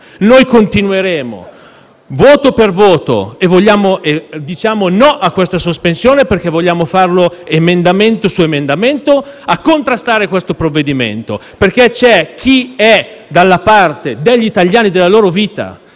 Noi continueremo, voto per voto - e diciamo di no a questa sospensione perché vogliamo farlo emendamento su emendamento - a contrastare questo provvedimento. C'è chi è dalla parte degli italiani e della loro vita